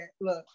Look